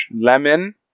Lemon